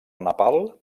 nepal